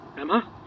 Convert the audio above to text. Emma